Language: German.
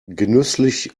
genüsslich